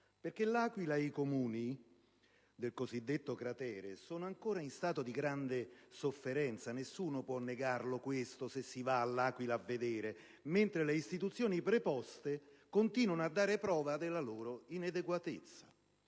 perché l'Aquila e i comuni del cosiddetto cratere sono ancora in stato di grande sofferenza (nessuno può negare questo, se si va all'Aquila a vedere), mentre le istituzioni preposte continuano a dare prova della loro inadeguatezza.